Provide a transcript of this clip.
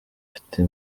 afite